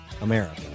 America